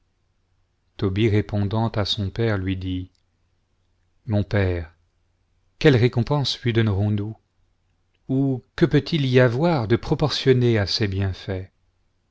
tobie répondant à son père lui dit mon père quelle récompense lui donnerons-nous ou que peut-il y avoir de proportionné à ses bienfaits